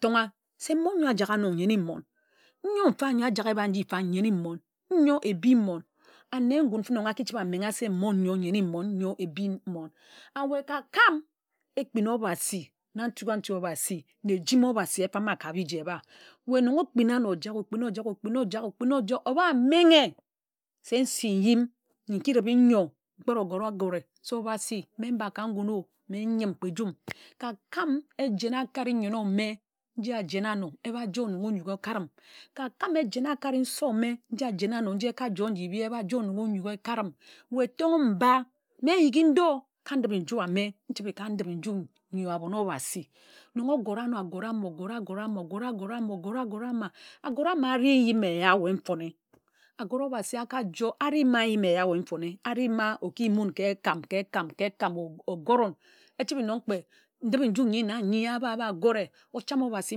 Nton̄ a se mmon n̄yo ajak ano nyene mmon ńyo mfa n̄yo ajak ebad nji mfa nyene mmon. Ńyo ébi mmon ane n̄yun fene erońg aki chibe aringha se mmon n̄yo nyene mmon nyo ebhi mmon. And weh ka kam ekpin obhasi na ntug-a-ntu obhasi na ejimi obhasi efama ka biji eba. Weh nnon okpin a ano ojak okpina ojak okpina ojak okpina ojak oba menghe se nsi njim ńyi nki ribhe ńyor kpad ogora agȯra agȯre se obhasi mme mbá ka ngún o mme nyim kpe ejum ka kám ejen akád-e-nyen ōmẹ nji ejena áno eba njum onōk eka rim. ka ka ejen-a-akad nse omé nji ajene anó nji ēka joe nji îbi eba joe n̄un̄ onyuk eka rim. Weh nton̄ m mba mme nyiki ndō ka ndip-i-nju ame nchibe ka ndip-i-nju ńyi abon obhasi. Nnon ogȯra anó agȯre áma eri eyim éya ye nfone. Agore obhasi ari ma ye nyim éya ye nfone éreh ma oki yim wun̄ ka ekām ka ekam okord en. Echibe nnon kpe ndip-i-nju nyi na nyi ába ába gȯre ocham obhasi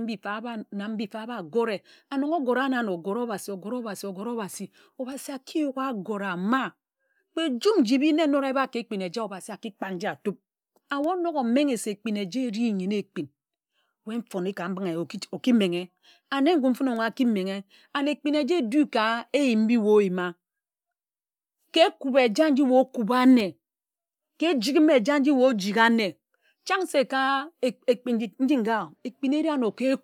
mbi mfa ába na mbi mfa ába gore. And nnon ogora wun āno ogȯra obhasi ogȯra obhasi ogora obhasi obhasi aki yuk agore ama kpe njum nji ibi na enōd éba ekpin eja obhasi aki kpād nji atub. And ye onok omenghe se ekpin eja eri nyene ekpin weh nfone ka mbinghe eya oki menghe ane ngun fene aki menghe. And ekpin eja edú ka eyim mbi ye oyima. ka ekub eja nji weh okuba ane ka ejik eja nji ye ojigha nne chań se ka ekpin nji nga ekpin eri ano ka e